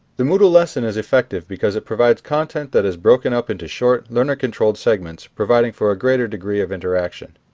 the moodle lesson is effective because it provides content that is broken up into short, learner controlled segments providing for a greater degree of interaction.